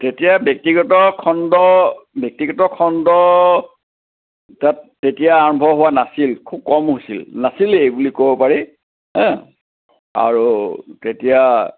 তেতিয়া ব্যক্তিগত খণ্ড ব্যক্তিগত খণ্ড তাত তেতিয়া আৰম্ভ হোৱা নাছিল খুব কম হৈছিল নাছিলেই বুলি ক'ব পাৰি আৰু তেতিয়া